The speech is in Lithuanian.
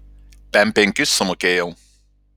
pem penkis sumokėjau